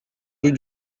rue